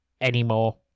anymore